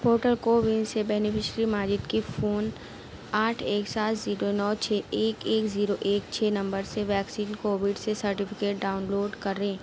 portal CoWIN سے beneficiary Majid کی phone آٹھ ایک سات زیرو نو چھ ایک ایک زیرو ایک چھ نمبر سے ویکسین کووڈ سے سرٹیفکیٹ ڈاؤنلوڈ کریں